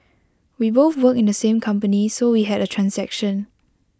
we both work in the same company so we had A transaction